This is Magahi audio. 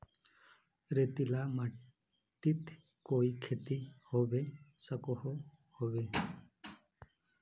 रेतीला माटित कोई खेती होबे सकोहो होबे?